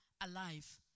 alive